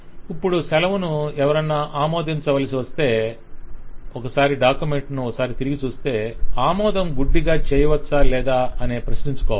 ఇప్పుడు సెలవు ను ఎవరన్నా ఆమోదించవలసి వస్తే డాక్యుమెంట్ ను ఒకసారి తిరిగి చూస్తే ఆమోదం గుడ్డిగా చేయవచ్చా లేదా అని ప్రశ్నించుకోవాలి